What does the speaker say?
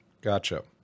Gotcha